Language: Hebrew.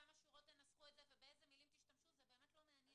בכמה שורות תנסחו את זה ובאיזה מילים תשתמשו זה באמת לא מעניין.